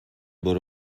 برو